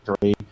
three